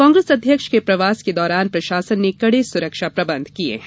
कांग्रेस अध्यक्ष के प्रवास के दौरान प्रशासन ने कडे सुरक्षा प्रबंध किये हैं